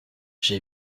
j’ai